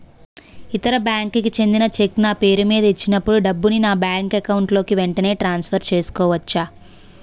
ఇతర బ్యాంక్ కి చెందిన చెక్ నా పేరుమీద ఇచ్చినప్పుడు డబ్బుని నా బ్యాంక్ అకౌంట్ లోక్ వెంటనే ట్రాన్సఫర్ చేసుకోవచ్చా?